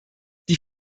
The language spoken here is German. die